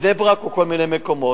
בני-ברק ובכל מיני מקומות.